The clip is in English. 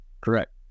Correct